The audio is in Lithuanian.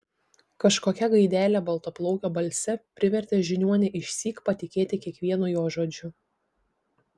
kažkokia gaidelė baltaplaukio balse privertė žiniuonį išsyk patikėti kiekvienu jo žodžiu